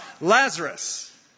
Lazarus